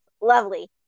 lovely